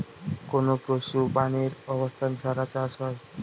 কোনো পশু প্রাণীর অবস্থান ছাড়া চাষ হয়